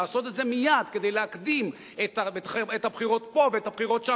לעשות את זה מייד כדי להקדים את הבחירות פה ואת הבחירות שם,